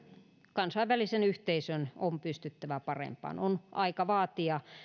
kansainvälisen yhteisön on pystyttävä parempaan on aika vaatia